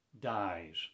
dies